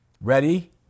Ready